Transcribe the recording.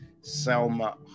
selma